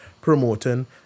promoting